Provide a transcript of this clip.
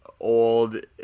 old